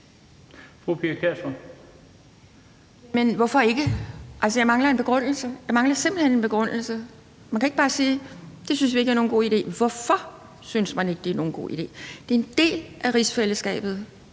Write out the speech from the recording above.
en begrundelse. Jeg mangler simpelt hen en begrundelse. Man kan ikke bare sige, at det synes man ikke er nogen god idé. Hvorfor synes man ikke, det er nogen god idé? Grønland og Færøerne er en del af rigsfællesskabet.